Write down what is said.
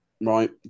right